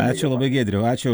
ačiū labai giedriau ačiū